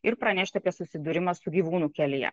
ir pranešti apie susidūrimą su gyvūnu kelyje